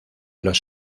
los